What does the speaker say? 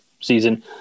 season